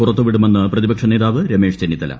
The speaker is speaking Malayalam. പുറത്തു വിടുമെന്ന് പ്രതിപ്പിച്ച് നേതാവ് രമേശ് ചെന്നിത്തല